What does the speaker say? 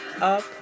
up